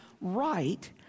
right